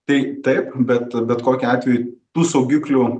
tai taip bet bet kokiu atveju tų saugiklių